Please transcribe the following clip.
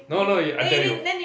no no you I tell you